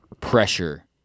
pressure